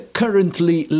currently